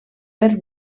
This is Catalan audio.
per